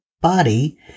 body